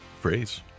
phrase